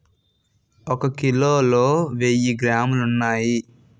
ఒక కిలోలో వెయ్యి గ్రాములు ఉన్నాయి